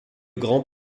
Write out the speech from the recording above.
grand